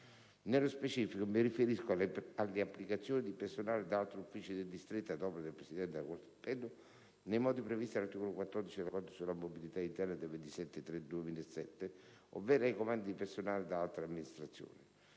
Nello specifico, mi riferisco alle applicazioni di personale da altri uffici del distretto ad opera del presidente della corte di appello, nei modi previsti dall'articolo 14 dell'accordo sulla mobilità interna del 27 marzo 2007, ovvero ai comandi di personale da altre Amministrazioni.